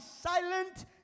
silent